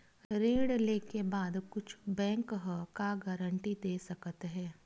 ऋण लेके बाद कुछु बैंक ह का गारेंटी दे सकत हे?